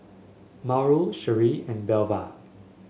Mauro Sherree and Belva